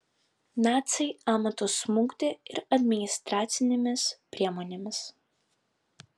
naciai amatus smukdė ir administracinėmis priemonėmis